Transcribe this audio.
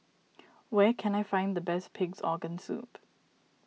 where can I find the best Pig's Organ Soup